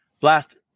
blast